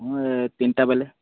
ମୁଁ ଏ ତିନଟା ବେଲେ